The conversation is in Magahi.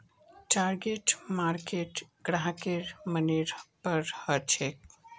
टारगेट मार्केट ग्राहकेर मनेर पर हछेक